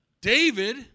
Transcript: David